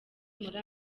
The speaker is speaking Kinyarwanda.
muri